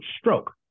stroke